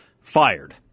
fired